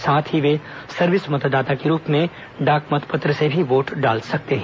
साथ ही वे सर्विस मतदाता के रूप में डाक मतपत्र से भी वोट डाल सकते हैं